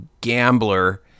gambler